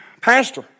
Pastor